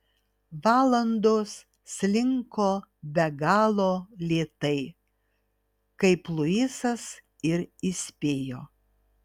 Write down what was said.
valandos slinko be galo lėtai kaip luisas ir įspėjo